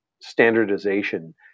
standardization